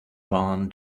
barn